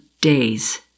days